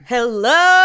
Hello